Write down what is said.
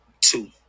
Two